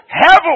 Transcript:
heaven